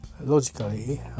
logically